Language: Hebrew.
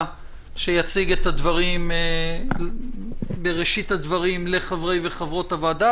שיציג את הנושא בראשית הדברים לחברי וחברות הוועדה,